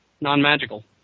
non-magical